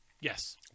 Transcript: yes